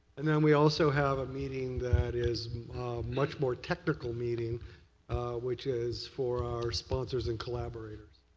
and then we also have a meeting that is much more technical meeting which is for our responsers and collaborators.